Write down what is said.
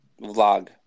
vlog